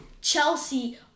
Chelsea